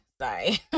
Sorry